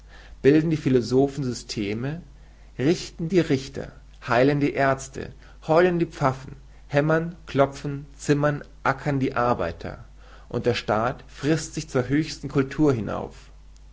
bilden die philosophen systeme richten die richter heilen die aerzte heulen die pfaffen hämmern klopfen zimmern ackern die arbeiter und der staat frißt sich zur höchsten kultur hinauf